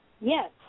Yes